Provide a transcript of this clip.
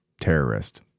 terrorist